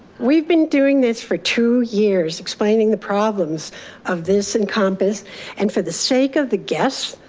we've been doing this for two years, explaining the problems of this encompass and for the sake of the guests,